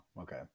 Okay